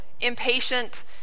impatient